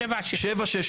שבעה-שישה.